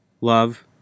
Love